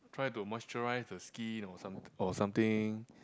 try to moisturize the skin or some or something